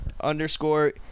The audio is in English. underscore